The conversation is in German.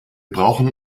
brauchen